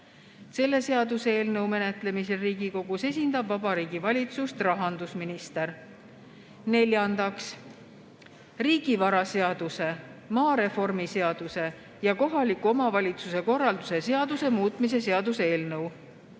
Selle seaduseelnõu menetlemisel Riigikogus esindab Vabariigi Valitsust rahandusminister. Neljandaks, riigivara seaduse, maareformi seaduse ja kohaliku omavalitsuse korralduse seaduse muutmise seaduse eelnõu.